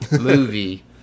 movie